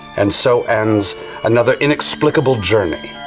and so ends another inexplicable journey,